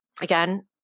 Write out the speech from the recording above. again